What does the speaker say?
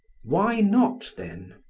why not, then?